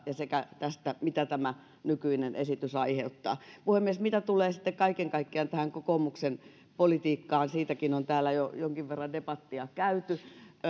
sekä tästä mitä tämä nykyinen esitys aiheuttaa puhemies mitä tulee sitten kaiken kaikkiaan tähän kokoomuksen politiikkaan siitäkin on täällä jo jonkin verran debattia käyty